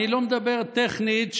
אני לא מדבר טכנית,